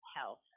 health